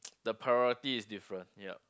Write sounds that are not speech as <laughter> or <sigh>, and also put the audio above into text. <noise> the priority is different yup